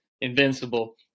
invincible